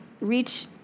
reach